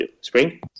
Spring